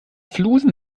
flusen